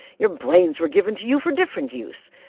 your brains were given to you for different use.